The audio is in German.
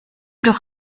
doch